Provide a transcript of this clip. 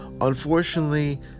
Unfortunately